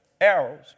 arrows